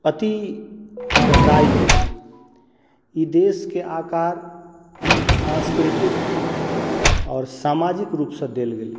अति गहराई मे छै इ देश के आकार सांस्कृतिक आओर सामाजिक रूप से देल गेलै